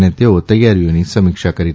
અને તેઓ તૈયારીઓની સમિક્ષા કરે છે